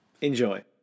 Enjoy